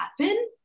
happen